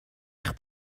eich